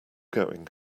going